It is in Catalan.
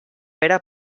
pere